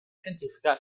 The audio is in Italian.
scientifica